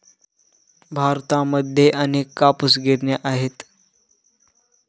भारतामध्ये अनेक कापूस गिरण्या आहेत